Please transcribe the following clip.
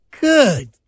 Good